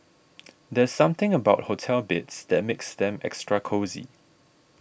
there's something about hotel beds that makes them extra cosy